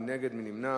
מי נגד?